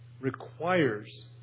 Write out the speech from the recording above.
requires